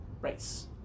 race